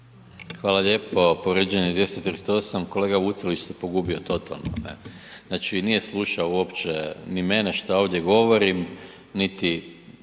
Hvala lijepo. Povrijeđen je 238., kolega Vucelić se pogubio, totalno. Znači nije slušao uopće ni mene što ovdje govorim niti